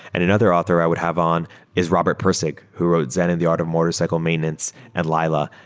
and another author i would have on is robert pirsig who wrote zen and the art of motorcycle maintenance and lila,